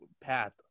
path